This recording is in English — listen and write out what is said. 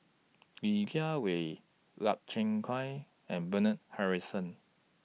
Li Jiawei Lau Chiap Khai and Bernard Harrison